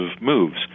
moves